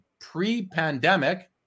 pre-pandemic